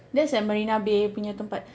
that's at Marina Bay punya tempat